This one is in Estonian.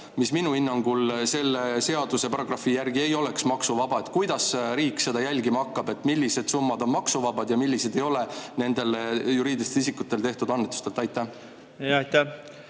see minu hinnangul selle seaduse paragrahvi järgi ei oleks maksuvaba. Kuidas siis riik hakkab jälgima, millised summad on maksuvabad ja millised ei ole nendelt juriidiliste isikute tehtud annetustelt? Aitäh!